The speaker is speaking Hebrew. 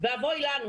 ואבוי לנו.